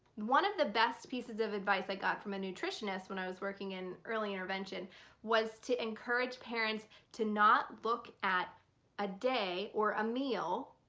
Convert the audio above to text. one of the best pieces of advice i got from a nutritionist when i was working in early intervention was to encourage parents to not look at a day, or a meal,